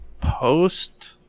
post